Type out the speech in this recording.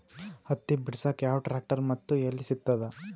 ಹತ್ತಿ ಬಿಡಸಕ್ ಯಾವ ಟ್ರ್ಯಾಕ್ಟರ್ ಮತ್ತು ಎಲ್ಲಿ ಸಿಗತದ?